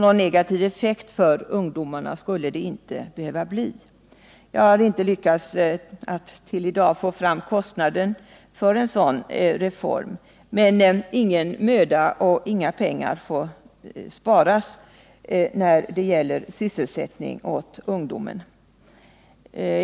Någon negativ effekt för ungdomarna skulle det därför inte behöva bli. Jag har inte lyckats att till i dag få fram kostnaden för en sådan reform, men ingen möda och inga pengar får sparas när det gäller sysselsättningen för ungdomen.